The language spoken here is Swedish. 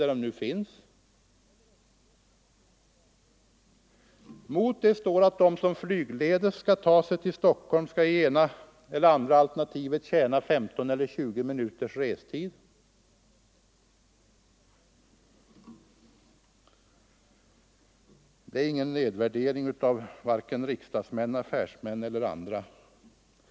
Mot det står kravet att de som flygledes tar sig till eller från Stockholm skall tjäna 15 eller 20 minuter i restid. Det är ingen nedvärdering av vare sig riksdagsmän, affärsmän eller andra.